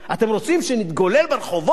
אתם רוצים שנתגולל ברחובות?